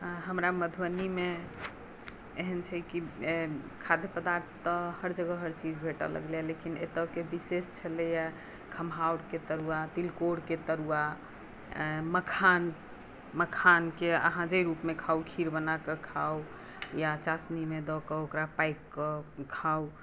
आ हमरा मधुबनीमे एहन छै कि खाद्य पदार्थ तऽ हर जगह हर चीज भेटऽ लगलैया लेकिन एतऽके विशेष छलैया खमहाउरके तरुआ तिलकोरके तरुआ मखान मखानके अहाँ जाहि रूपमे खाउ खीर बना कऽ खाउ या चासनीमे दऽ कऽ ओकरा पाकि कऽ खाउ